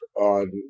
on